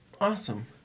Awesome